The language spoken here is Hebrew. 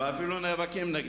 ואפילו נאבקים נגדם.